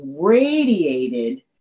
radiated